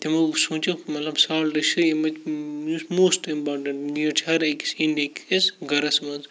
تِمو سونٛچُکھ مطلب سالٹ چھُ یُس موسٹ اِمپاٹَنٛٹ نیٖڈ چھِ ہَر أکِس اِنٛڈیٖکِس گَرَس منٛز